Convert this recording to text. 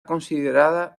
considerada